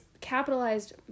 capitalized